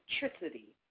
electricity